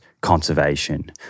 conservation